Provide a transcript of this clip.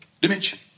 dimension